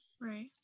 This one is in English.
right